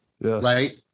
right